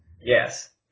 Yes